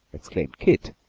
exclaimed keith,